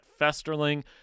Festerling